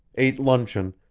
ate luncheon,